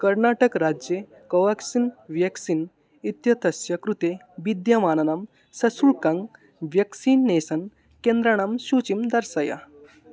कर्णाटकराज्ये Covaxin vaccine इत्येतस्य कृते विद्यमानानां सशुल्कं व्यक्सीनेसन् केन्द्राणं सूचीं दर्शय